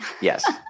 Yes